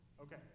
Okay